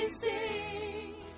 sing